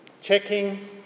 checking